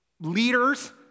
leaders